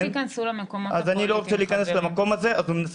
אל תיכנסו למקומות הפוליטיים,